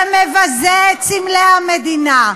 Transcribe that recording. שמבזה את סמלי המדינה.